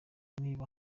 niba